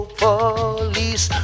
police